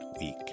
week